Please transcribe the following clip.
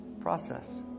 process